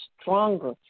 stronger